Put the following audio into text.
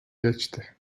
geçti